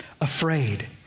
afraid